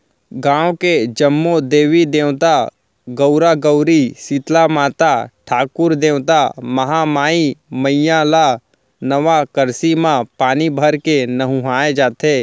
गाँव के जम्मो देवी देवता, गउरा गउरी, सीतला माता, ठाकुर देवता, महामाई मईया ल नवा करसी म पानी भरके नहुवाए जाथे